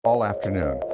all afternoon,